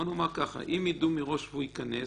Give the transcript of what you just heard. בוא נאמר ככה: אם ידעו מראש והוא ייכנס,